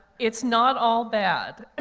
it's not all bad.